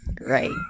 Right